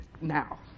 now